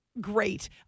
Great